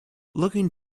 looking